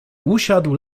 usiadł